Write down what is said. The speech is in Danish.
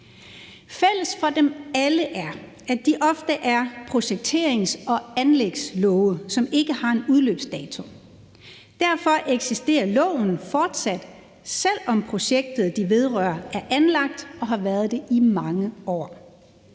Fælles for dem alle er, at de ofte er projekterings- og anlægslove, som ikke har en udløbsdato. Derfor eksisterer loven fortsat, selv om projektet, de vedrører, er anlagt og har været det i mange år.